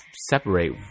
separate